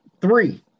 Three